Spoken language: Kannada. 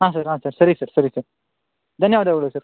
ಹಾಂ ಸರ್ ಹಾಂ ಸರ್ ಸರಿ ಸರ್ ಸರಿ ಸರ್ ಧನ್ಯವಾದಗಳು ಸರ್